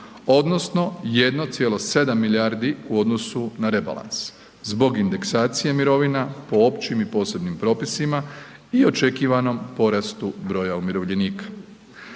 odnosno 1,7 milijardi u odnosu na rebalans zbog indeksacije mirovina po općim i posebnim propisima i očekivanom porastu broja umirovljenika.